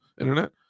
internet